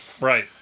Right